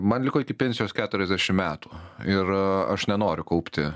man liko iki pensijos keturiasdešimt metų ir aš nenoriu kaupti